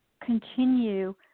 continue